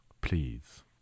Please